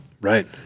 Right